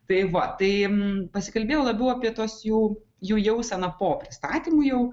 tai va tai paskelbiau labiau apie tuos jų jų jauseną po pristatymų jau